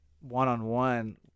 one-on-one